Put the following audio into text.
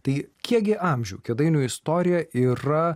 tai kiek gi amžių kėdainių istorija yra